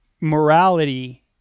morality